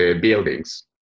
buildings